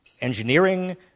engineering